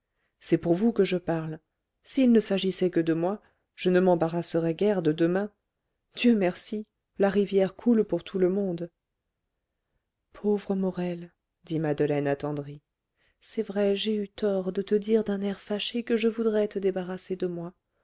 c'est pour vous que je parle s'il ne s'agissait que de moi je ne m'embarrasserais guère de demain dieu merci la rivière coule pour tout le monde pauvre morel dit madeleine attendrie c'est vrai j'ai eu tort de te dire d'un air fâché que je voudrais te débarrasser de moi